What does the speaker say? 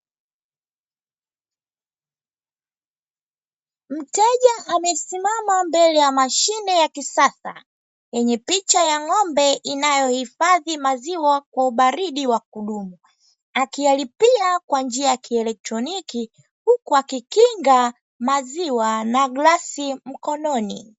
Mteja amesimama mbele ya mashine ya kisasa, yenye picha ya ng’ombe inayohifadhi maziwa kwa ubaridi wa kudumu, akiyalipia kwa njia ya kielekroniki, huku akikinga maziwa na glasi mkononi.